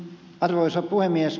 arvoisa puhemies